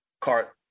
cart